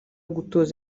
gutoza